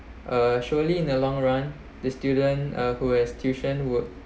uh surely in the long run the student uh who has tuition would